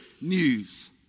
news